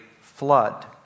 Flood